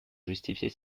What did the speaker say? justifier